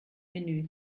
menü